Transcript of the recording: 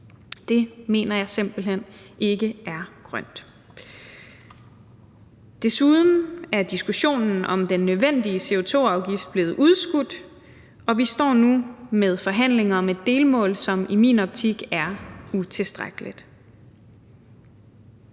Det mener jeg simpelt hen ikke er grønt. Desuden er diskussionen om den nødvendige CO2-afgift blevet udskudt, og vi står nu med forhandlinger med delmål, som i min optik er utilstrækkelige.